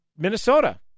Minnesota